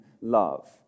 love